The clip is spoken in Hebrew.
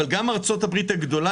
אבל גם ארצות הברית הגדולה,